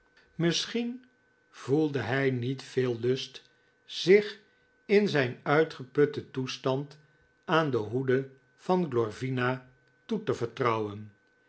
misschien voelde hij niet veel lust zich in zijn uitgeputten toestand aan de hoede van glorvina toe te vertrouwen